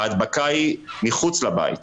ההדבקה היא מחוץ לבית.